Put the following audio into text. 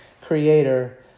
creator